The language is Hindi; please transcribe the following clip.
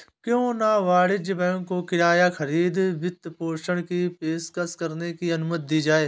क्यों न वाणिज्यिक बैंकों को किराया खरीद वित्तपोषण की पेशकश करने की अनुमति दी जाए